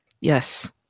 Yes